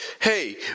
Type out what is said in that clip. hey